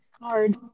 Hard